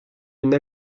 une